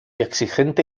exigente